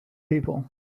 people